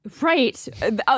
right